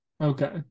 Okay